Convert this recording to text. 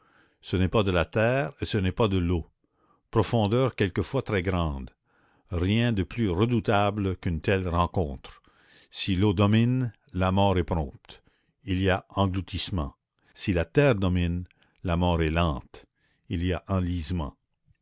ce n'est pas de la terre et ce n'est pas de l'eau profondeur quelquefois très grande rien de plus redoutable qu'une telle rencontre si l'eau domine la mort est prompte il y a engloutissement si la terre domine la mort est lente il y a enlisement